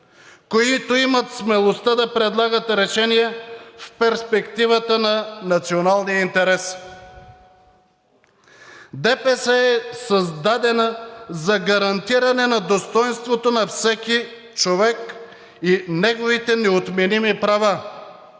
които имат смелостта да предлагат решения в перспективата на националния интерес. ДПС е създадена за гарантиране на достойнството на всеки човек и неговите неотменими права,